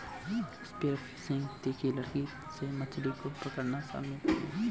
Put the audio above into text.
spear fishing तीखी लकड़ी से मछली को पकड़ना शामिल है